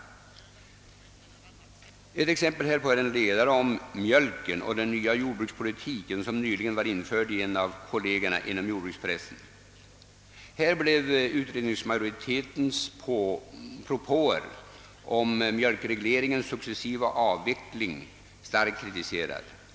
Ett exempel härpå är en ledare om mjölken och den nya jordbrukspolitiken, som nyligen var införd i en av kollegerna inom jordbrukspressen. Här blev utredningsmajoritetens propåer om mjölkregleringens successiva avveckling starkt kritiserade.